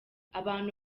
abantu